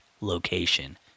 location